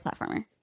platformer